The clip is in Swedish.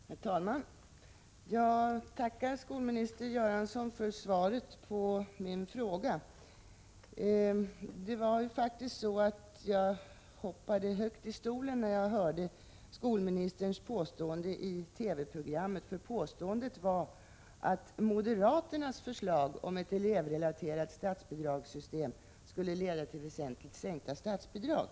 Herr talman! Jag tackar skolminister Göransson för svaret på min fråga. Jag hoppade faktiskt högt i stolen när jag hörde skolministerns påstående i det aktuella TV-programmet. Skolministern påstod att moderaternas förslag om ett elevrelaterat statsbidragssystem skulle leda till väsentligt sänkta statsbidrag.